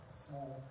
small